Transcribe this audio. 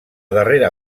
darrera